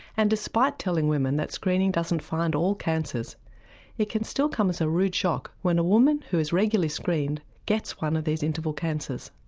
and despite telling women that screening doesn't find all cancers it can still come as a rude shock when a woman who is regularly screened gets one of these interval cancers.